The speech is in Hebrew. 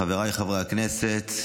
חבריי חברי הכנסת,